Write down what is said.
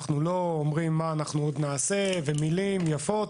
אנחנו לא אומרים מה עוד נעשה ומילים יפות,